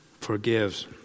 forgives